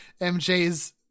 MJ's